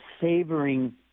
savoring